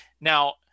Now